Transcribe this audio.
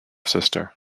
sister